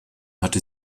hatte